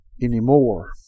anymore